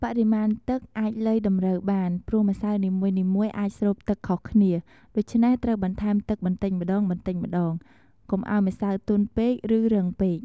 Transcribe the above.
បរិមាណទឹកអាចលៃតម្រូវបាន ព្រោះម្សៅនីមួយៗអាចស្រូបទឹកខុសគ្នា ដូច្នេះត្រូវបន្ថែមទឹកបន្តិចម្តងៗ កុំឲ្យម្សៅទន់ពេក ឬរឹងពេក។